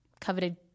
coveted